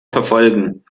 verfolgen